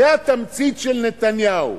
זו התמצית של נתניהו,